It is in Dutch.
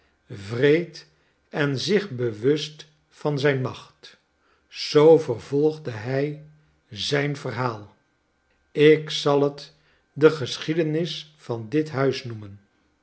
wreed en zich bewust van zijn macht zoo vervolgde hij zijn verhaal ik zal het de geschiedenis van dit huis noemen